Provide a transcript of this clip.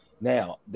Now